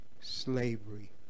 slavery